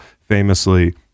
Famously